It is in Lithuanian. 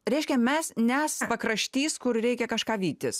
reiškia mes nesa pakraštys kur reikia kažką vytis